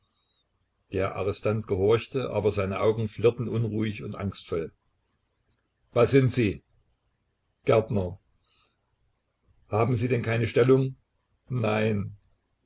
der arrestant gehorchte aber seine augen flirrten unruhig und angstvoll was sind sie gärtner haben sie denn keine stellung nein